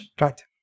Right